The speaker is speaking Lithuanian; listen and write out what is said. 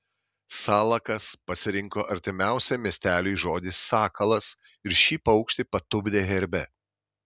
salakas pasirinko artimiausią miesteliui žodį sakalas ir šį paukštį patupdė herbe